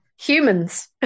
Humans